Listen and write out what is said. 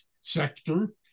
sector